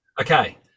Okay